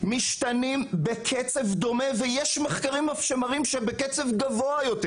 משתנים בקצב דומה, אפילו בקצב גבוה יותר